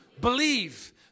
believe